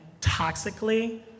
toxically